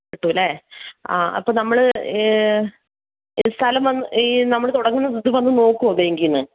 കിട്ടൂല്ലേ ആ അപ്പോൾ നമ്മൾ ഈ സ്ഥലം വന്ന് ഈ നമ്മൾ തുടങ്ങുന്ന ഇത് വന്ന് നോക്കുമോ ബാങ്കിൽ